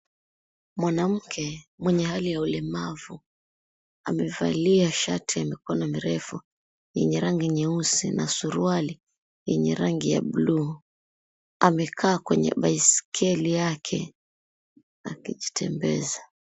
Mwanamke mwenye hali ya ulemavu, amevalia shati ya mikono mirefu yenye rangi nyeusi na suruali yenye rangi ya bluu. Amekaa kwenye baiskeli yake akijitembeza.